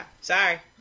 sorry